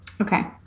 Okay